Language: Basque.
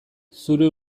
zure